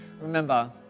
Remember